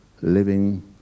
living